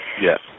yes